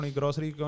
grocery